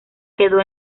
quedó